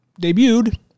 debuted